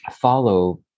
follow